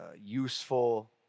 useful